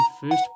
first